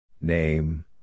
Name